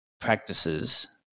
practices